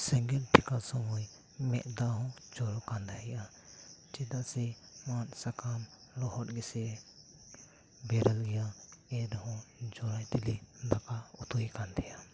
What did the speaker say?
ᱥᱮᱸᱜᱮᱞ ᱴᱷᱮᱠᱟᱣ ᱥᱳᱢᱳᱭ ᱢᱮᱫ ᱫᱟᱜ ᱦᱚᱸ ᱡᱚᱨᱚᱜ ᱠᱟᱱ ᱛᱟᱦᱮᱸᱫᱼᱟ ᱪᱮᱫᱟᱜ ᱥᱮ ᱢᱟᱴ ᱥᱟᱠᱟᱢ ᱞᱚᱦᱚᱫ ᱜᱮᱥᱮ ᱵᱮᱨᱮᱞ ᱜᱮᱭᱟ ᱮᱱᱨᱮᱦᱚᱸ ᱡᱚᱨᱟᱭ ᱛᱮᱞᱮ ᱫᱟᱠᱟ ᱩᱛᱩᱭᱮᱫ ᱠᱟᱱ ᱛᱟᱦᱮᱸᱫᱼᱟ